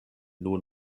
nun